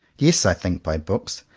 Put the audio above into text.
yes, i think by books.